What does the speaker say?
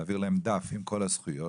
להעביר להם דף עם כל הזכויות